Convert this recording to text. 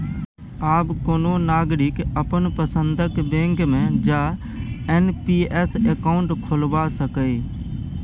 आब कोनो नागरिक अपन पसंदक बैंक मे जा एन.पी.एस अकाउंट खोलबा सकैए